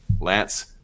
Lance